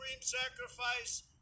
sacrifice